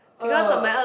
uh